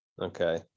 Okay